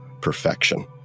perfection